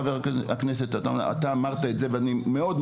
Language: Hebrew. חבר הכנסת עטאונה,